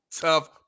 tough